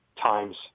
times